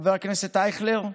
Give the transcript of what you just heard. חבר הכנסת אייכלר,